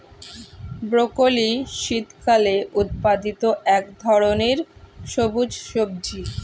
broccoli শীতকালে উৎপাদিত এক ধরনের সবুজ সবজি